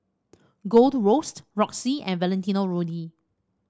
Gold Roast Roxy and Valentino Rudy